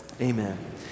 amen